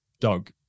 Doug